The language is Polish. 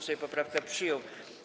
Sejm poprawkę przyjął.